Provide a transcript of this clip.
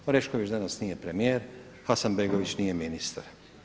Orešković danas nije premijer, Hasanbegović nije ministar.